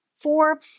four